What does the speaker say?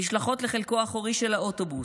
נשלחות לחלקו האחורי של האוטובוס,